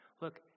Look